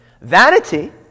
Vanity